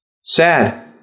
sad